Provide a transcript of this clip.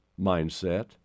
mindset